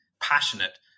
passionate